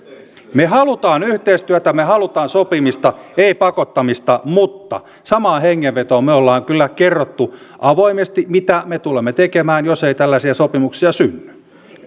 me haluamme yhteistyötä me haluamme sopimista ei pakottamista mutta samaan hengenvetoon me olemme kyllä kertoneet avoimesti mitä me tulemme tekemään jos ei tällaisia sopimuksia synny mitään